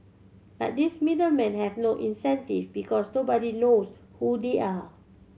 but these middle men have no incentive because nobody knows who they are